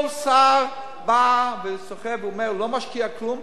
כל שר בא וסוחב ואומר: לא משקיע כלום,